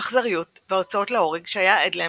האכזריות וההוצאות להורג שהיה עד להם